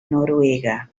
noruega